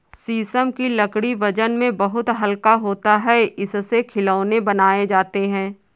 शीशम की लकड़ी वजन में बहुत हल्का होता है इससे खिलौने बनाये जाते है